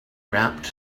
wrapped